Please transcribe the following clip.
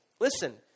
Listen